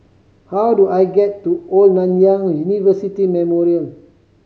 how do I get to Old Nanyang University Memorial